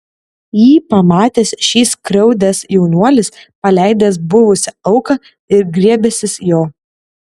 jį pamatęs šį skriaudęs jaunuolis paleidęs buvusią auką ir griebęsis jo